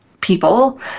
people